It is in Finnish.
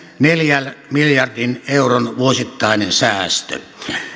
neljän miljardin euron vuosittainen säästö